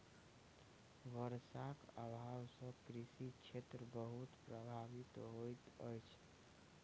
वर्षाक अभाव सॅ कृषि क्षेत्र बहुत प्रभावित होइत अछि